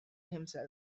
himself